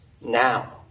now